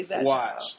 Watch